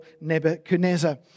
Nebuchadnezzar